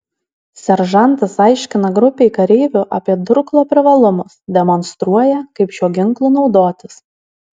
seržantas aiškina grupei kareivių apie durklo privalumus demonstruoja kaip šiuo ginklu naudotis